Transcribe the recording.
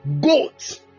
Goats